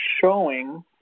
showing